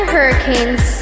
Hurricanes